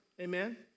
Amen